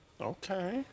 Okay